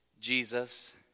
Jesus